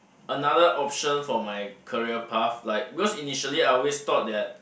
another option for my career path like because initially I always thought that